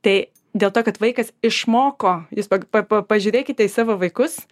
tai dėl to kad vaikas išmoko jūs pa pa pažiūrėkite į savo vaikus